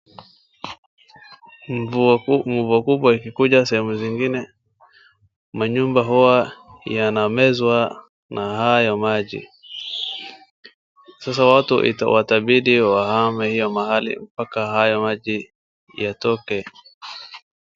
Mvua kubwa, mvua kubwa ikikuja sehemu zingine manyumba huwa yanamezwa na hayo maji. Sasa watu watabidi wahame hio mahali mpaka hayo maji yatoke.